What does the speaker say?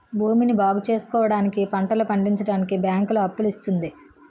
భూమిని బాగుచేసుకోవడానికి, పంటలు పండించడానికి బ్యాంకులు అప్పులు ఇస్తుంది